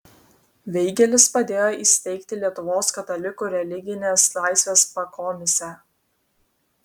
veigelis padėjo įsteigti lietuvos katalikų religinės laisvės pakomisę